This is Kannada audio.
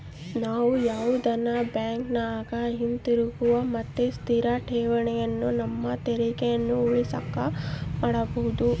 ನಾವು ಯಾವುದನ ಬ್ಯಾಂಕಿನಗ ಹಿತಿರುಗುವ ಮತ್ತೆ ಸ್ಥಿರ ಠೇವಣಿಯನ್ನ ನಮ್ಮ ತೆರಿಗೆಯನ್ನ ಉಳಿಸಕ ಮಾಡಬೊದು